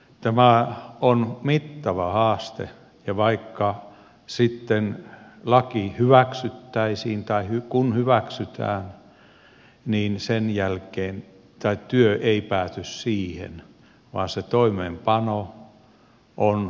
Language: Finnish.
tämä on mittava haaste ja vaikka sitten laki hyväksyttäisiin tai kun hyväksytään niin sen jälkeen tämä työ ei pääty siihen vaan se toimeenpano on mittava prosessi